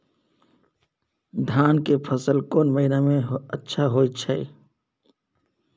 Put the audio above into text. धान के फसल कोन महिना में अच्छा होय छै?